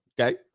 okay